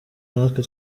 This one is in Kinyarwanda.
natwe